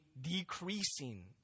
decreasing